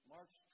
March